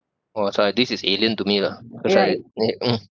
oh so this is alien to me lah that's why eh mm